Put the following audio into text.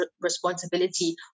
responsibility